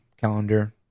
calendar